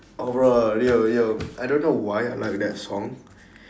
overall yo yo I don't know why I like that song